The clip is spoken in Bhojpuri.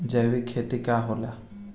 जैविक खेती का होखेला?